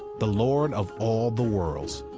the lord of all the worlds.